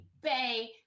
Bay